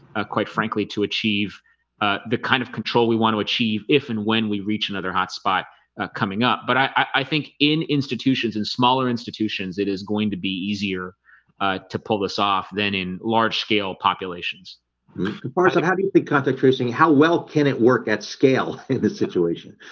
ah quite frankly to achieve ah the kind of control we wanna achieve if and when we reach another hot spot coming up, but i i think in institutions in smaller institutions it is going to be easier, ah to pull this off than in large scale populations comparison. how do you think contact racing how well can it work at scale in this situation?